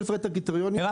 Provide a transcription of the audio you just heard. רגע לשאול שאלה אמיתית.